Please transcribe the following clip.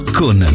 con